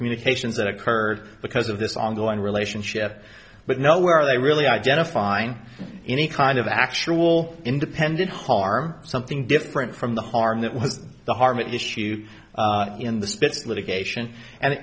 communications that occurred because of this ongoing relationship but now where are they really identifying any kind of actual independent harm something different from the harm that was the harmony issue in the spitz litigation and